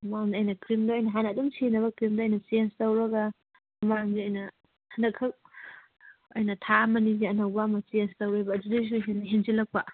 ꯃꯃꯥꯡꯗ ꯑꯩꯅ ꯀ꯭ꯔꯤꯝꯗꯣ ꯑꯩꯅ ꯍꯥꯟꯅ ꯑꯗꯨꯝ ꯁꯤꯖꯤꯟꯅꯕ ꯀ꯭ꯔꯤꯝꯗꯣ ꯑꯩꯅ ꯆꯦꯟꯖ ꯇꯧꯔꯒ ꯃꯃꯥꯡꯁꯦ ꯑꯩꯅ ꯍꯟꯗꯛ ꯈꯛ ꯑꯩꯅ ꯊꯥ ꯑꯃ ꯑꯅꯤꯁꯦ ꯑꯅꯧꯕ ꯑꯃ ꯆꯦꯟꯖ ꯇꯧꯋꯦꯕ ꯑꯗꯨꯗꯒꯤꯁꯨ ꯍꯦꯟꯖꯤꯜꯂꯛꯄ